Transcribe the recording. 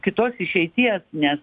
kitos išeities nes